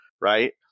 Right